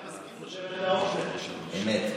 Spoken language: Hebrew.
אמת.